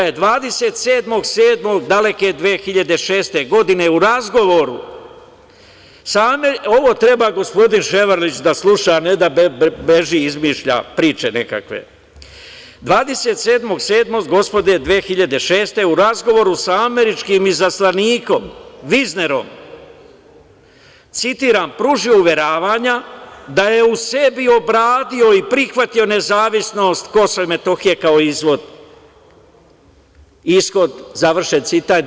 Naime, 27. 7. daleke 2006. godine, u razgovoru sa, ovo treba gospodin Ševarlić da sluša a ne da beži i izmišlja priče nekakve, 27. 7. gospodnje 2006. godine, u razgovoru sa američkim izaslanikom Viznerom, citiram: "Pružio uveravanja da je u sebi obradio i prihvatio nezavisnost KiM kao ishod" završen citat.